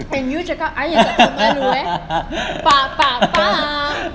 and you cakap I yang tak tahu malu eh